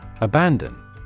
Abandon